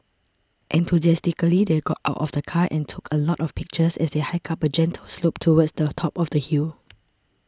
enthusiastically they got out of the car and took a lot of pictures as they hiked up a gentle slope towards the top of the hill